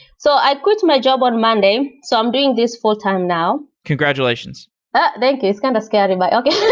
so i quit my job on monday. so i'm doing this fulltime now congratulations thank you. it's kind of scary, but okay.